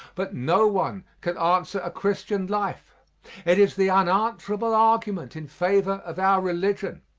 but no one can answer a christian life it is the unanswerable argument in favor of our religion.